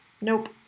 Nope